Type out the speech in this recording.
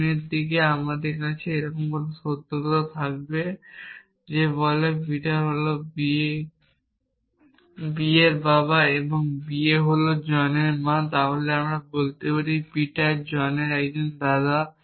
সামনের দিকে আমার কাছে এই সত্যটি কোথাও থাকবে যে বলে যে পিটার হল বিয়ের বাবা এবং বিয়ে হল জনের মা তাহলে আমি দেখাতে পারি যে পিটার জনের একজন দাদা